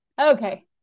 okay